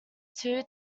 two